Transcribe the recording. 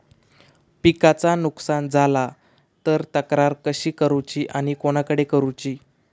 पिकाचा नुकसान झाला तर तक्रार कशी करूची आणि कोणाकडे करुची?